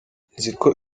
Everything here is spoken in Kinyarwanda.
nziko